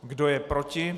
Kdo je proti?